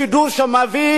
לשידור שמביא